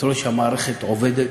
אתה רואה שהמערכת עובדת,